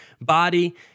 body